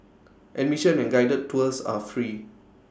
admission and guided tours are free